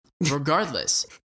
regardless